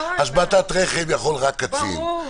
השבתת רכב יכול רק קצין,